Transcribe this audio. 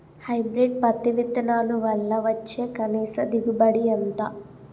Hybrid పత్తి విత్తనాలు వల్ల వచ్చే కనీస దిగుబడి ఎంత?